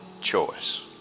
choice